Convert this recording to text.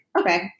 okay